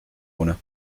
ohne